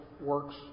works